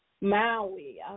Maui